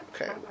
Okay